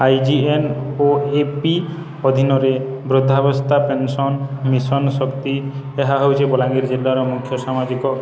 I G N O A P ଅଧୀନରେ ବୃଦ୍ଧାବସ୍ଥା pension mission Shakti ଏହା ହେଉଛି ବଲାଙ୍ଗୀର ଜିଲ୍ଲାର ମୁଖ୍ୟ ସାମାଜିକ